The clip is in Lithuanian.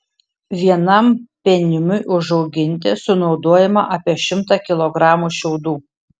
vienam penimiui išauginti sunaudojama apie šimtą kilogramų šiaudų